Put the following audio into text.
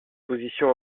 position